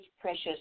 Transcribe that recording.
precious